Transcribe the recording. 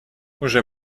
уже